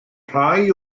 rhai